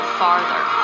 farther